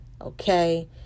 Okay